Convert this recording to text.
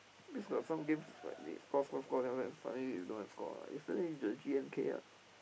got some games like they score score score then after that suddenly don't have score ah yesterday the G_N_K ah